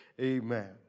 amen